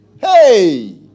Hey